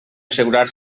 assegurar